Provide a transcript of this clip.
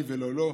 לי ולא לו,